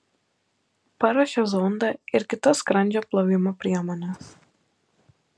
paruošia zondą ir kitas skrandžio plovimo priemones